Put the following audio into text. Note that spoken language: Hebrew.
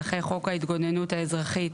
אחרי "חוק ההתגוננות האזרחית,